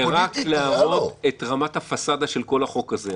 זה רק להראות את רמת הפסאדה של כל החוק הזה.